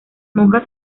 monjas